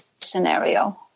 scenario